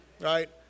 Right